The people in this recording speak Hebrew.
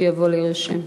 שיבוא להירשם.